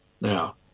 Now